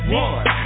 one